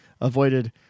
avoided